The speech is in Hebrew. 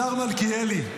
השר מלכיאלי,